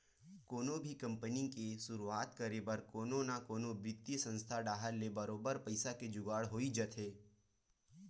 कोनो भी कंपनी के सुरुवात करे बर कोनो न कोनो बित्तीय संस्था डाहर ले बरोबर पइसा के जुगाड़ होई जाथे